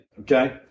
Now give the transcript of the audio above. okay